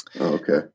okay